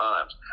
times